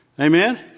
Amen